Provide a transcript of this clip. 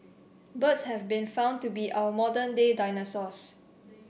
birds have been found to be our modern day dinosaurs